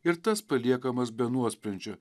ir tas paliekamas be nuosprendžio